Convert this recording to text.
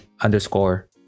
underscore